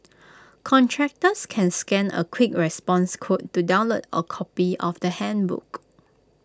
contractors can scan A quick response code to download A copy of the handbook